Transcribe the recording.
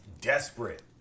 desperate